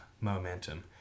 momentum